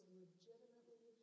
legitimately